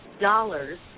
dollars